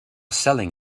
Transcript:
selling